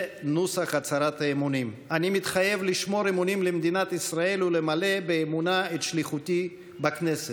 לשמור אמונים למדינת ישראל ולמלא באמונה את שליחותי בכנסת".